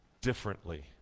differently